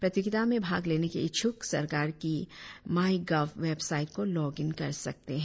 प्रतियोगिता में भाग लेने के इच्छुक सरकार की माई गव वेबसाइट को लॉग इन कर सकते है